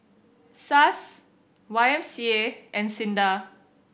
SUSS Y M C A and SINDA